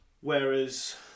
Whereas